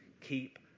keep